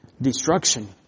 destruction